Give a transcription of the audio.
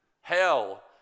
hell